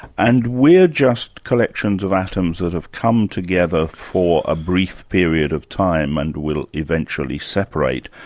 and we're just collections of atoms that have come together for a brief period of time and will eventually separate.